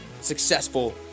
successful